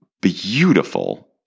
beautiful